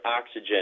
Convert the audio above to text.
oxygen